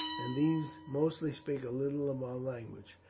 and these mostly speak a little of our language.